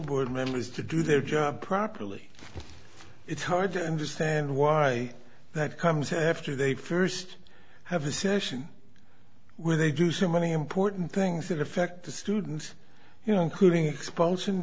board members to do their job properly it's hard to understand why that comes after they first have a session where they do so many important things that affect the students you know including exp